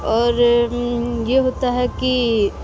اور یہ ہوتا ہے کہ